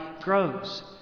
grows